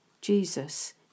Jesus